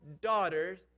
daughters